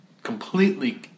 Completely